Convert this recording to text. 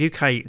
UK